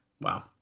Wow